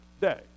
day